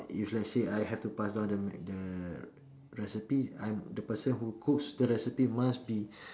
if let's say if I have to pass down the m~ the recipe I'm the person who cooks the recipe must be